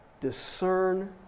Discern